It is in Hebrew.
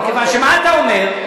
מכיוון שמה אתה אומר?